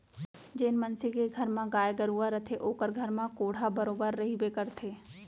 जेन मनसे के घर म गाय गरूवा रथे ओकर घर म कोंढ़ा बरोबर रइबे करथे